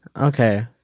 Okay